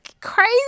crazy